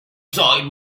side